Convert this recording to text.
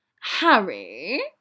Harry